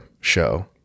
show